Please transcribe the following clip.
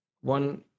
One